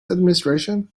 administration